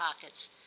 pockets